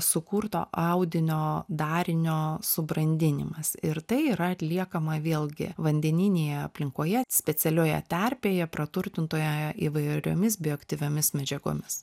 sukurto audinio darinio subrandinimas ir tai yra atliekama vėlgi vandeninėje aplinkoje specialioje terpėje praturtintoje įvairiomis bioaktyviomis medžiagomis